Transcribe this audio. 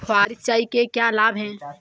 फुहारी सिंचाई के क्या लाभ हैं?